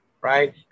right